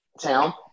town